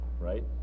Right